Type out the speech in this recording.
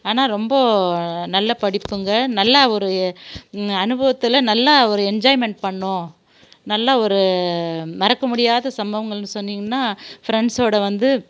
ஆனால் ரொம்ப நல்ல படிப்புங்க நல்லா ஒரு அனுபவத்தில் நல்லா ஒரு என்ஜாய்மெண்ட் பண்ணிணோம் நல்லா ஒரு மறக்க முடியாத சம்பவங்கள்ன்னு சொன்னிங்கன்னால் ஃப்ரண்ட்ஸோடு வந்து